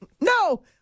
No